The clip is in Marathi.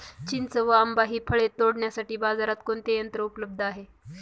चिंच व आंबा हि फळे तोडण्यासाठी बाजारात कोणते यंत्र उपलब्ध आहे?